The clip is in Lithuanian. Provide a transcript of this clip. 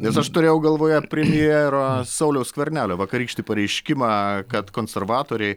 nes aš turėjau galvoje premjero sauliaus skvernelio vakarykštį pareiškimą kad konservatoriai